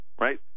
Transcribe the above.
Right